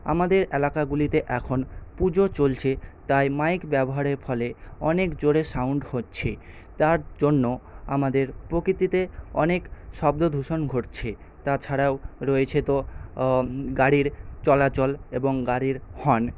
আমাদের এলাকাগুলিতে এখন পুজো চলছে তাই মাইক ব্যবহারের ফলে অনেক জোরে সাউন্ড হচ্ছে তারজন্য আমাদের প্রকৃতিতে অনেক শব্দদূষণ ঘটছে তাছাড়াও রয়েছে তো গাড়ির চলাচল এবং গাড়ির হর্ন